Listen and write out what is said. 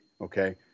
Okay